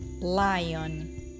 lion